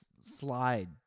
slide